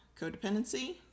codependency